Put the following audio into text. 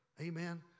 Amen